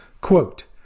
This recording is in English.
quote